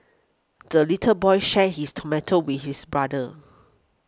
the little boy shared his tomato with his brother